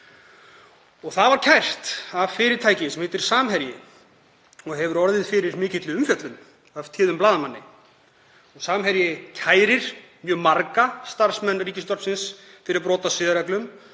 Það var kært af fyrirtæki sem heitir Samherji og hefur orðið fyrir mikilli umfjöllun frá téðum blaðamanni. Samherji kærir mjög marga starfsmenn Ríkisútvarpsins fyrir brot á siðareglum